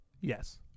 Yes